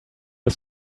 ist